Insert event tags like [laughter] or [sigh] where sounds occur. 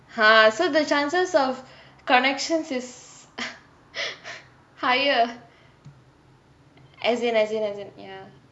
!huh! so the chances of connections is [laughs] higher as in as in as in ya